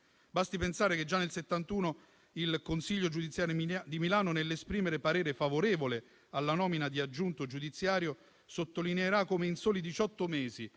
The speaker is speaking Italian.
Basti pensare che già nel 1971 il consiglio giudiziale di Milano, nell'esprimere parere favorevole alla nomina di aggiunto giudiziario, sottolineerà come in soli